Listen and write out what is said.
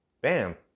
bam